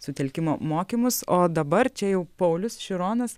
sutelkimo mokymus o dabar čia jau paulius šironas